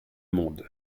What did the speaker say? monde